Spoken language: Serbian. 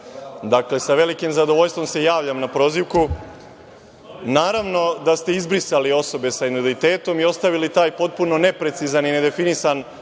Dakle, sa velikim zadovoljstvom se javljam na prozivku. Naravno da ste izbrisali osobe sa invaliditetom i ostavili taj potpuno neprecizan i nedefinisan